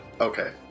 Okay